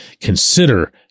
consider